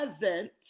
present